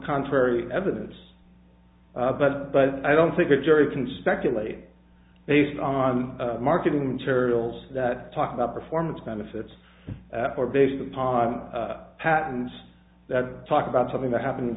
contrary evidence but i don't think a jury can speculate based on marketing materials that talk about performance benefits or based upon patents that talk about something that happened in